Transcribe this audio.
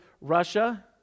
Russia